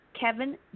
Kevin